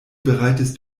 bereitest